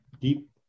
deep